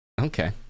Okay